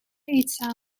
eetzaal